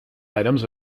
items